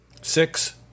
six